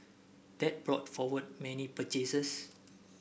that brought forward many purchases